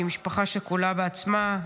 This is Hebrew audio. והיא ממשפחה שכולה בעצמה,